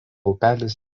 upelis